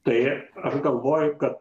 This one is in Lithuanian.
tai aš galvoju kad